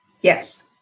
Yes